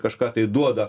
kažką tai duoda